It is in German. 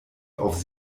auf